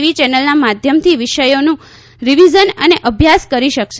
વી ચેનલના માધ્યમથી વિષયોનું રિવિઝન અને અભ્યાસ કરી શકશે